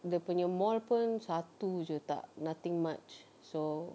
dia punya mall pun satu jer tak nothing much so